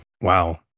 Wow